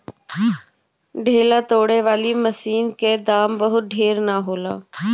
ढेला तोड़े वाली मशीन क दाम बहुत ढेर ना होला